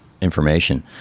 information